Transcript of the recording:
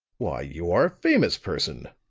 why, you are a famous person!